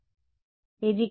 విద్యార్థి అలాంటిది కాదు